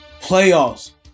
playoffs